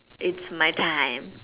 it's my time